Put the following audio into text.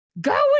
go